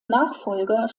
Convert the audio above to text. nachfolger